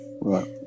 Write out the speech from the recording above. Right